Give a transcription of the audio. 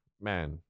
Man